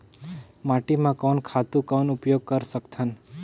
माटी म कोन खातु कौन उपयोग कर सकथन?